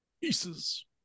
Pieces